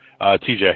tj